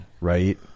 right